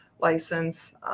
license